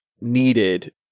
needed